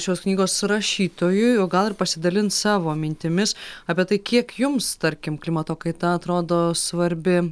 šios knygos rašytojui o gal ir pasidalint savo mintimis apie tai kiek jums tarkim klimato kaita atrodo svarbi